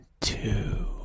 two